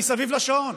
מסביב לשעון.